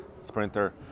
Sprinter